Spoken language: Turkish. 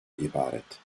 ibaret